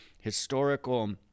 historical